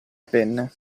penne